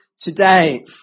today